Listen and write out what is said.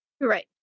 Right